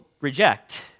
reject